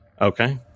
Okay